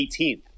18th